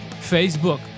Facebook